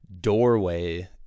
doorway